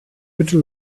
bitte